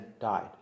died